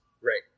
Right